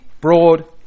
broad